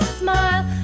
smile